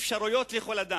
אפשרויות לכל אדם.